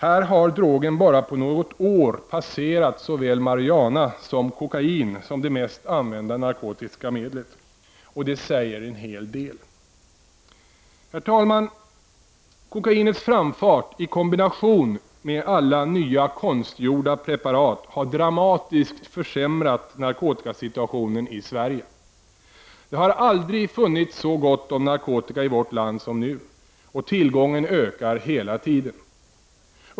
Där har drogen bara på något år passerat såväl marijuana som kokain som det mest använda narkotiska medlet. Och det säger en hel del. Herr talman! Kokainets framfart i kombination med alla nya, konstgjorda preparat har dramatiskt försämrat narkotikasituationen i Sverige. Det har aldrig funnits så gott om narkotika i vårt land som nu, och tillgången ökar hela tiden.